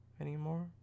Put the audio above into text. anymore